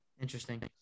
Interesting